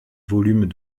volume